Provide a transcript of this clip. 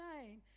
name